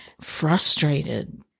frustrated